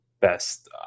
best